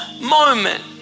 moment